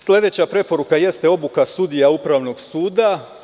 Sledeća preporuka jeste obuka sudija Upravnog suda.